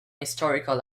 historical